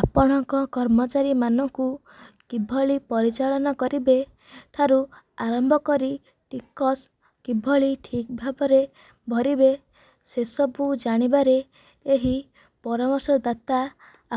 ଆପଣଙ୍କ କର୍ମଚାରୀମାନଙ୍କୁ କିଭଳି ପରିଚାଳନା କରିବେ ଠାରୁ ଆରମ୍ଭ କରି ଟିକସ କିଭଳି ଠିକଭାବରେ ଭରିବେ ସେସବୁ ଜାଣିବାରେ ଏହି ପରାମର୍ଶଦାତା